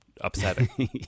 upsetting